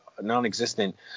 non-existent